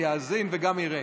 יאזין וגם יראה.